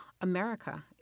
America